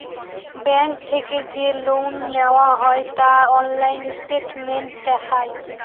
bank থেকে যে loan নেওয়া হয় তা অনলাইন স্টেটমেন্ট দেখায়